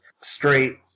straight